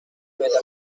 بالاخره